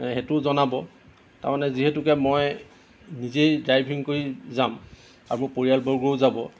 সেইটো জনাব তাৰমানে যিহেতুকে মই নিজেই ড্ৰাইভিং কৰি যাম আৰু মোৰ পৰিয়ালবৰ্গও যাব